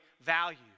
value